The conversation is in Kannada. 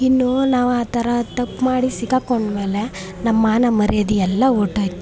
ಇನ್ನು ನಾವು ಆ ಥರ ತಪ್ಪು ಮಾಡಿ ಸಿಕ್ಕಾಕ್ಕೊಂಡ ಮೇಲೆ ನಮ್ಮ ಮಾನ ಮರ್ಯಾದೆ ಎಲ್ಲ ಹೊರ್ಟೋಯ್ತೆ